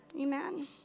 Amen